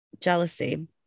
jealousy